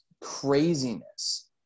craziness